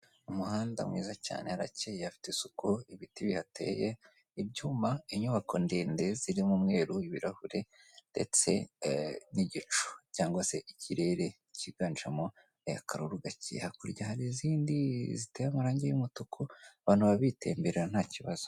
Umuhanda mwiza cyane harakeye hafite isuku, ibiti bihateye, ibyuma, inyubako ndende zirimo umweru, ibirahure ndetse n'igicu cyangwa se ikirere kiganjemo akaruru gake, hakurya hari izindi ziteye amarangi y'umutuku, abantu baba bitemberera nta kibazo.